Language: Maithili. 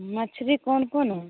मछरी कोन कोन हइ